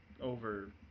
over